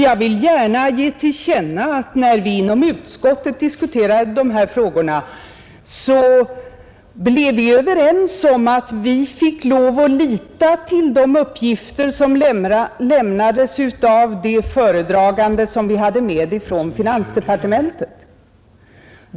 Jag vill gärna ge till känna att när vi inom utskottet diskuterade dessa frågor blev vi överens om att vi fick lov att lita till de uppgifter som lämnades av de föredragande från finansdepartementet.